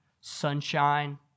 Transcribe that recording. sunshine